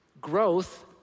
growth